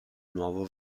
nuovo